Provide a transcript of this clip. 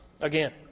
again